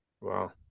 Wow